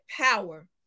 power